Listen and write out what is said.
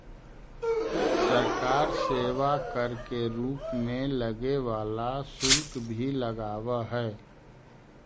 सरकार सेवा कर के रूप में लगे वाला शुल्क भी लगावऽ हई